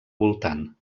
voltant